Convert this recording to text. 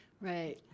Right